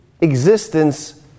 existence